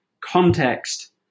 context